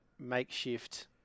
makeshift